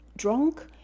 drunk